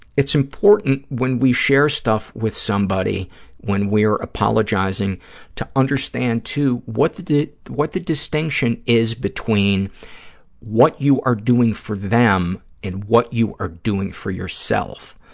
it's important when we share stuff with somebody when we're apologizing to understand, too, what the what the distinction is between what you are doing for them and what you are doing for yourself,